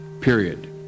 period